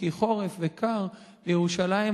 כי חורף וקר בירושלים,